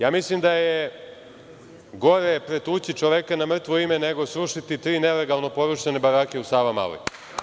Ja mislim da je gore pretući čoveka na mrtvo ime, nego srušiti tri nelegalno porušene barake u Savamaloj.